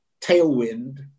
tailwind